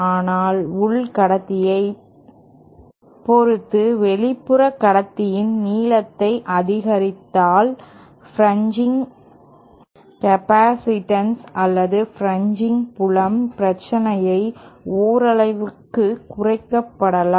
ஆனால் உள் கடத்தியைப் பொறுத்து வெளிப்புறக் கடத்தியின் நீளத்தை அதிகரித்தால் பிரின்ஜிங் கேப்பாசிட்டன்ஸ் அல்லது பிரின்ஜிங் புலம் பிரச்சினை ஓரளவிற்கு குறைக்கப்படலாம்